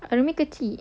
arumi kecil